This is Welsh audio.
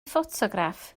ffotograff